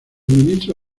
ministro